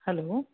hello